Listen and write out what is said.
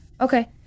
Okay